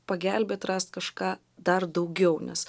pagelbėt rast kažką dar daugiau nes